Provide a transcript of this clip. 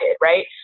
right